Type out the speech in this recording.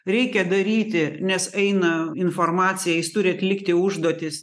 reikia daryti nes eina informacija jis turi atlikti užduotis